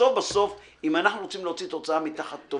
בסוף בסוף אם אנחנו רוצים להוציא תוצאה טובה